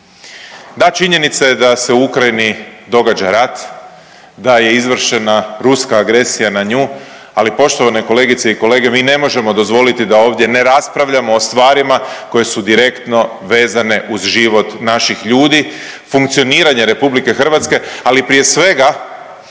Da, činjenica je da se u Ukrajini događa rat, da je izvršena ruska agresija na nju, ali poštovane kolegice i kolege, mi ne možemo dozvoliti da ovdje ne raspravljamo o stvarima koje su direktno vezane uz život naših ljudi, funkcioniranje RH, ali prije svega,